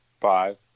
Five